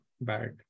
Bad